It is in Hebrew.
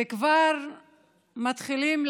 ולהתחיל כבר בהיערכות